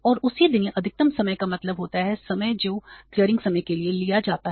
और उसी दिन या अधिकतम समय का मतलब होता है समय जो क्लीयरिंग समय के लिए लिया जाता है